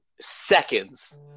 Seconds